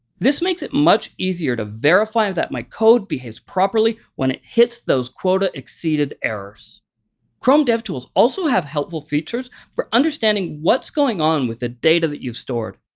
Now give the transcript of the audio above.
this makes it much easier to verify that my code behaves properly when it hits those quotaexceedederrors. chrome devtools also have helpful features for understanding what's going on with the data that you've stored.